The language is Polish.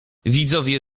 widzowie